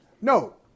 No